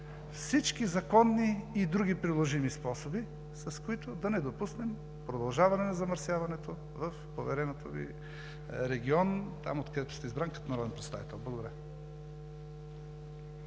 всички законни и други приложими способи, с които да не допуснем продължаване на замърсяване в поверения Ви регион – там, откъдето сте избран като народен представител. Благодаря.